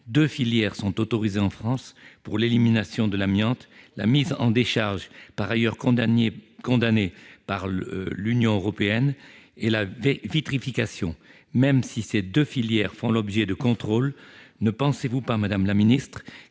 deux filières sont autorisées en France pour l'élimination de l'amiante : la mise en décharge, par ailleurs condamnée par l'Union européenne, et la vitrification. Même si ces deux filières font l'objet de contrôles, ne pensez-vous pas qu'un pôle